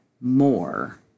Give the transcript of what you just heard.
more